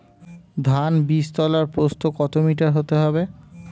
ধান বীজতলার প্রস্থ কত মিটার হতে হবে?